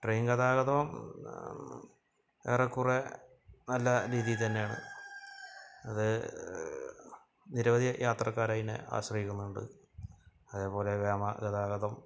train ഗതാഗതവും ഏറെക്കുറെ നല്ല രീതി തന്നാണ് അത് നിരവധി യാത്രക്കാരയ്നെ ആസ്രയിക്കുന്നുണ്ട് അതെപോലെ വ്യോമ ഗതാഗതം